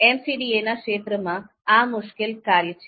MCDA ના ક્ષેત્રમાં આ મુશ્કેલ કાર્ય છે